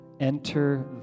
Enter